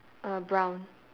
err brown